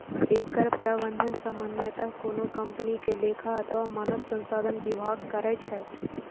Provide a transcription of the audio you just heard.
एकर प्रबंधन सामान्यतः कोनो कंपनी के लेखा अथवा मानव संसाधन विभाग करै छै